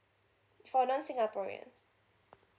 for non singaporean